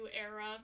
era